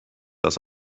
das